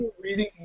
reading